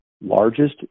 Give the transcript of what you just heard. largest